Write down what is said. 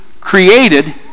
created